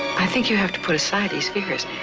i think you have to put aside these fears,